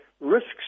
risks